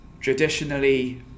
traditionally